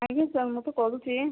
ଆଜ୍ଞା ସାର୍ ମୁଁ ତ କରୁଛି